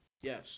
Yes